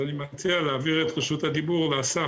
אני מציע להעביר את רשות הדיבור לאסף